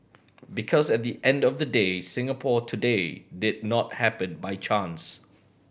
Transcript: because at the end of the day Singapore today did not happen by chance